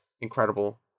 Incredible